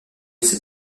ces